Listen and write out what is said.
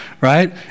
right